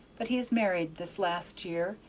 but he's married this last year,